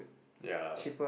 ya